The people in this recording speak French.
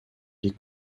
les